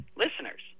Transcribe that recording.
listeners